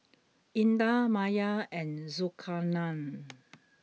Indah Maya and Zulkarnain